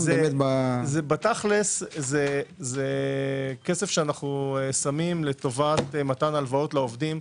זה כסף שאנחנו שמים לטובת מתן הלוואות לעובדים.